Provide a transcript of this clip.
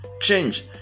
change